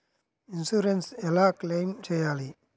Insurance ఎలా claim చేయాలి?